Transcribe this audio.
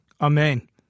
Amen